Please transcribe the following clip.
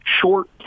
short